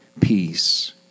peace